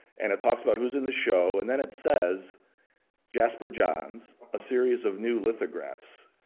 and it talks about who's in the show and then it says jasper john's, a series of new lithographs.